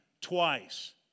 twice